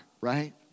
right